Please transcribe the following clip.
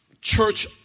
church